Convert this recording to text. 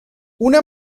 una